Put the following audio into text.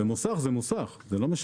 נכון.